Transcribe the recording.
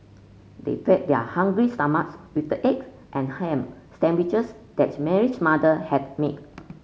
they fed their hungry stomachs with the eggs and ham sandwiches that Mary's mother had make